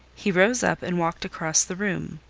he rose up, and walked across the room.